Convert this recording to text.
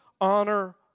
honor